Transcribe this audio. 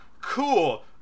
cool